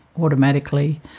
automatically